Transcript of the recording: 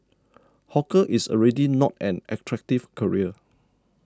hawker is already not an attractive career